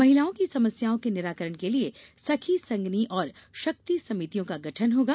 महिलाओं की समस्याओं के निराकरण के लिए सखी संगनी और शक्ति समितियों का गठन होगा